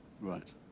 Right